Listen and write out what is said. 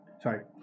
sorry